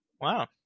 Wow